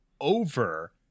over